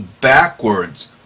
backwards